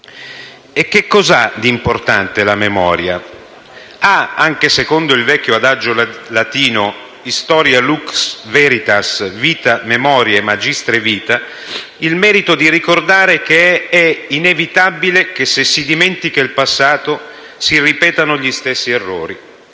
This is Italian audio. E che cos'ha di importante la memoria? Ha - anche secondo il vecchio adagio latino *historia lux veritatis, vita memoriae, magistra vitae* - il merito di ricordare che è inevitabile che, se si dimentica il passato, si ripetano gli stessi errori.